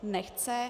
Nechce.